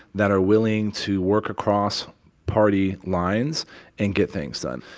that are willing to work across party lines and get things done